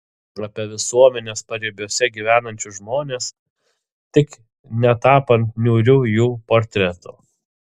apie visuomenės paribiuose gyvenančius žmones tik netapant niūrių jų portretų